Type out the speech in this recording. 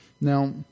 Now